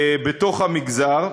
בתוך המגזר,